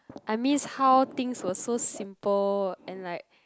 I miss how things were so simple and like